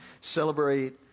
celebrate